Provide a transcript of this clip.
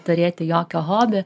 turėti jokio hobi